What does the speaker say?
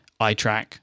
iTrack